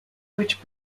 which